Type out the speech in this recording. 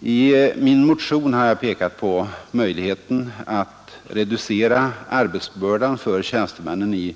I min motion har jag pekat på möjligheterna att reducera arbetsbördan för tjänstemännen i